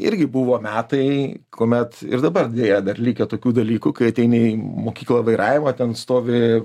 irgi buvo metai kuomet ir dabar deja dar likę tokių dalykų kai ateini į mokyklą vairavimą ten stovi